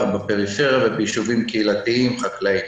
בפריפריה ובישובים קהילתיים חקלאיים.